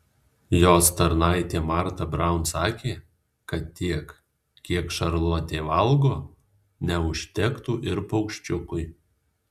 jos tarnaitė marta braun sakė kad tiek kiek šarlotė valgo neužtektų ir paukščiukui